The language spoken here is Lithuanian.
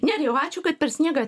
nerijau ačiū kad per sniegą